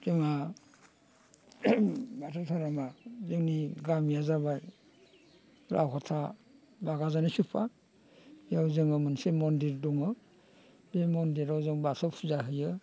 जोंहा बाथौ धोरोमा जोंनि गामिया जाबाय लावगाथा बागाजारि सुफा बेयाव जोङो मोनसे मन्दिर दङ बे मन्दिराव जों बाथौ फुजा होयो